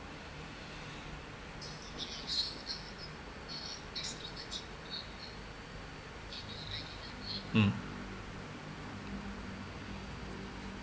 mm